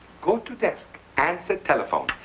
go to desk. answer telephone.